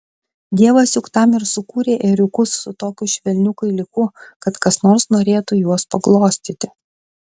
dievas juk tam ir sukūrė ėriukus su tokiu švelniu kailiuku kad kas nors norėtų juos paglostyti